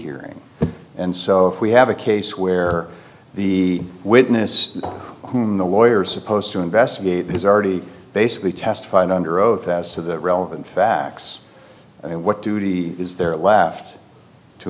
hearing and so if we have a case where the witness whom the lawyers supposed to investigate has already basically testified under oath as to the relevant facts and what duty is there left to